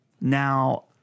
Now